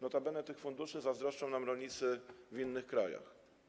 Notabene tych funduszy zazdroszczą nam rolnicy w innych krajach.